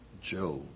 Job